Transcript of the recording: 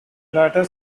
latter